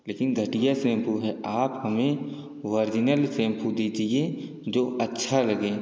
लेकिन घटिया शैंपू है आप हमें वर्जिनल शैंपू दीजिए जो अच्छा लगे